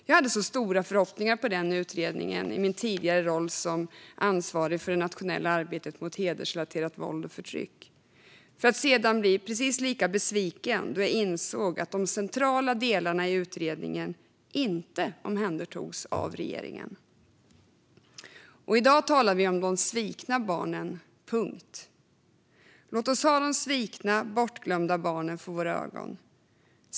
Jag hade så stora förhoppningar på den utredningen i min tidigare roll som ansvarig för det nationella arbetet mot hedersrelaterat våld och förtryck, för att sedan bli precis lika besviken då jag insåg att de centrala delarna i utredningen inte omhändertogs av regeringen. I dag talar vi om de svikna barnen - punkt. Låt oss ha de svikna, bortglömda barnen för våra ögon.